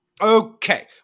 Okay